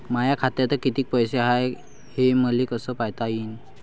माया खात्यात कितीक पैसे हाय, हे मले कस पायता येईन?